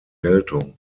geltung